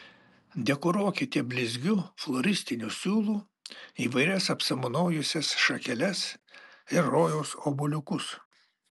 dekoruokite blizgiu floristiniu siūlu įvairias apsamanojusias šakeles ir rojaus obuoliukus